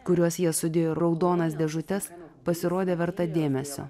kuriuos jie sudėjo raudonas dėžutes pasirodė verta dėmesio